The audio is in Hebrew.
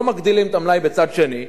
לא מגדילים את המלאי בצד השני.